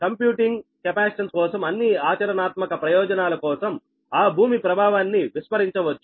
computing capacitance కోసం అన్ని ఆచరణాత్మక ప్రయోజనాల కోసం ఆ భూమి ప్రభావాన్ని విస్మరించవచ్చు